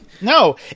no